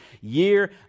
year